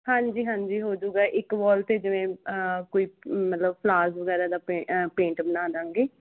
ਹਾਂਜੀ ਹਾਂਜੀ ਹੋ ਜੂਗਾ ਇੱਕ ਵਾਲ 'ਤੇ ਜਿਵੇਂ ਕੋਈ ਮਤਲਬ ਫਲਾਰਜ਼ ਵਗੈਰਾ ਦਾ ਪੇਂ ਪੇਂਟ ਬਣਾ ਦੇਵਾਂਗੇ